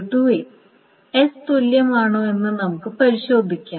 S തുല്യമാണോ എന്ന് നമുക്ക് പരിശോധിക്കാം